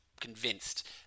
Convinced